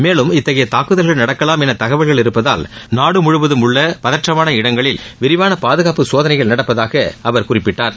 மேலும் இத்தகைய தாக்குதல்கள் நடக்கலாம் என தகவல்கள் இருப்பதால் நாடு முழுவதும் உள்ள பதற்றமான இடங்களில் விரிவான பாதுகாப்பு சோதனைகள் நடப்பதாக அவர் குறிப்பிட்டார்